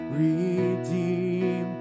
redeem